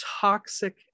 toxic